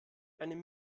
einem